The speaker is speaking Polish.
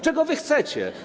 Czego wy chcecie?